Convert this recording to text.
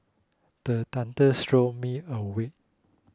the thunders jolt me awake